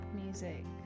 music